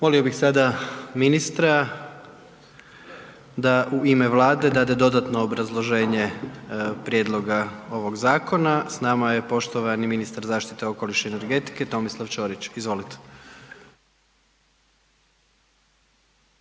Molio bih sada ministra da u ime Vlade dade dodatno obrazloženje prijedloga ovog zakona. S nama je poštovani ministar zaštite okoliša i energetike, Tomislav Ćorić. Izvolite.